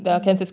mmhmm